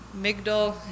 migdal